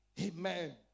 Amen